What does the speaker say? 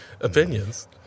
opinions